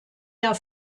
jahr